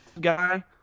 guy